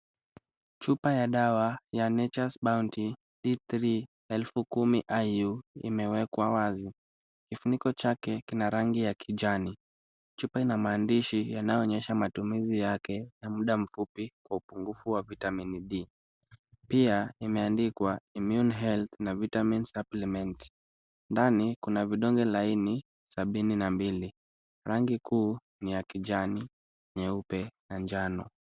Chupa ya dawa ya Nature's Bounty D3 10,000 IU imewekwa wazi. Kifuniko chake kina rangi ya kijani. Chupa ina maandishi yanayoonyesha matumizi yake na muda mfupi kwa upungufu wa Vitamin D . Pia imeandikwa Immune Health na Vitamin Supplement . Ndani kuna vidonge laini sabini na mbili. Rangi kuu ni ya kijani, nyeupe na njano.